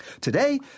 Today